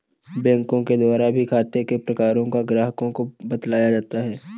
बैंकों के द्वारा भी खाते के प्रकारों को ग्राहकों को बतलाया जाता है